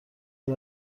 بدی